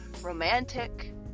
romantic